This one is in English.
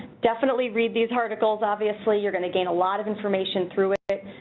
definitely read these articles obviously you're gonna gain a lot of information through it.